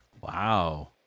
Wow